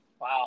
Wow